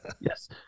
yes